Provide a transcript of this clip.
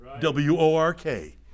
W-O-R-K